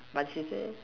but she say